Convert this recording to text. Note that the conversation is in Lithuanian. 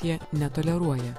jie netoleruoja